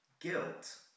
guilt